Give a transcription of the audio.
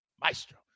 Maestro